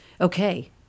Okay